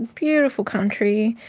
beautiful country.